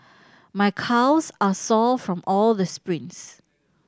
my calves are sore from all this sprints